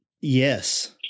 Yes